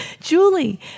Julie